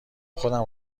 خودم